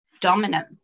dominant